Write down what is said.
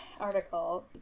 article